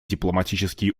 дипломатические